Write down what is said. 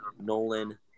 Nolan